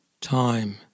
time